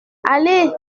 allez